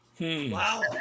Wow